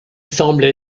semble